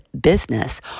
business